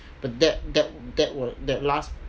but that that that that were that last